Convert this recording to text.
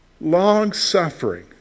long-suffering